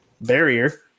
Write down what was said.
barrier